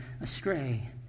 astray